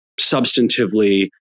substantively